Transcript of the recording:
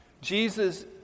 Jesus